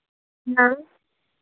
हाँ